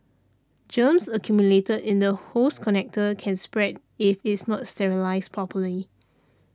germs accumulated in the hose connector can spread if it's not sterilised properly